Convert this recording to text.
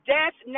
Death